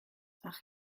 ach